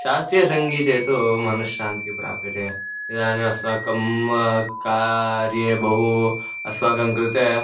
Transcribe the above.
शास्त्रीयसङ्गीते तु मनश्शान्ति प्राप्यते इदानीम् अस्माकं कार्ये बहु अस्माकं कृते